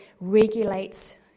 regulates